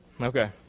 Okay